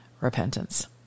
repentance